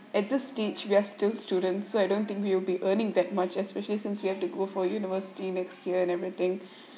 at this stage we are still students so I don't think we'll be earning that much especially since we have to go for university next year and everything